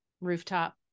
rooftop